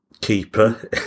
keeper